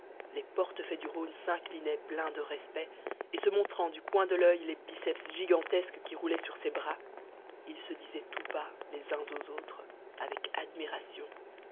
les portefaix du rhône s'inclinaient pleins de respect et se montrant du coin de l'oeil les biceps gigantesques qui roulaient sur ses bras ils se disaient tout has les uns aux autres avec admiration